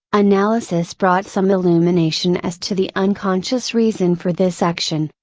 analysis brought some illumination as to the unconscious reason for this action,